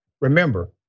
Remember